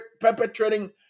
perpetrating